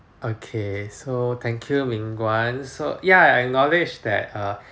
okay so thank you ming-guan so ya I acknowledged that err